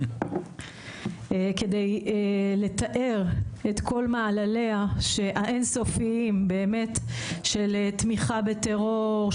כדי לתאר את כל מעלליה של האין סופיים באמת של תמיכה בטרור,